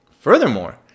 Furthermore